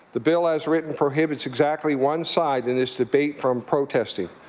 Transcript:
the bill as written prohibits exactly one side in this debate from protesting.